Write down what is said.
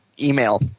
email